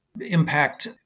impact